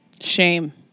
Shame